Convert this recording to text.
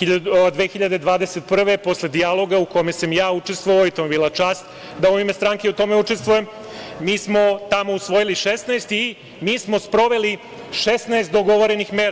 2021. godine, posle dijaloga u kome sam i ja učestvovao i to mi je bila čast da u ime stranke i u tome učestvujem, mi smo tamo osvojili 16 i mi smo sproveli 16 dogovorenih mera.